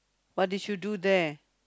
what did you do there